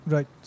Right